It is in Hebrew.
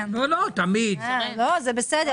זה בסדר.